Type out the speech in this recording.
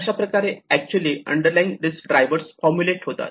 अशाप्रकारे actually underlying risk driver formulate होतात